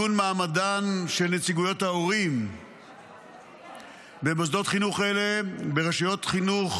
עיגון מעמדן של נציגויות ההורים במוסדות חינוך אלה ברשויות חינוך